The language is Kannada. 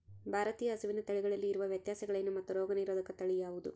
ಭಾರತೇಯ ಹಸುವಿನ ತಳಿಗಳಲ್ಲಿ ಇರುವ ವ್ಯತ್ಯಾಸಗಳೇನು ಮತ್ತು ರೋಗನಿರೋಧಕ ತಳಿ ಯಾವುದು?